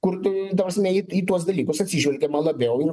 kur tu ta prasme į tuos dalykus atsižvelgiama labiau ir